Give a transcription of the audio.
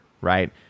right